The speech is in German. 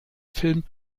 film